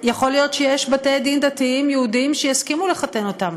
יכול להיות שיש בתי-דין דתיים יהודיים שיסכימו לחתן אותם,